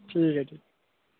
ठीक ऐ ठीक